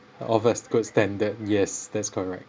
offers good standard yes that's correct